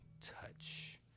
touch